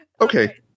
Okay